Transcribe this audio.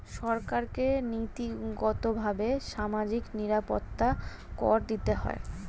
সরকারকে নীতিগতভাবে সামাজিক নিরাপত্তা কর দিতে হয়